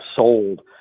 sold